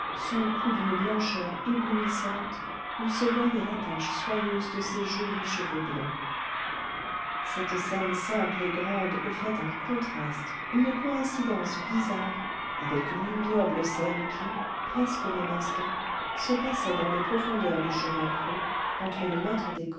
son cou d'une blancheur éblouissantes où se voyait l'attache soyeuse de ses jolis cheveux blonds cette scène simple et grande offrait un contraste une coïncidence bizarre avec l'ignoble scène qui presque au même instant se passait dans les profondeurs du chemin creux entre le maître